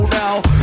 now